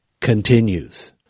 Continues